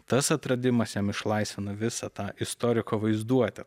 tas atradimas jam išlaisvina visą tą istoriko vaizduotę